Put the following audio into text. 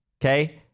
okay